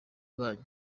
banyu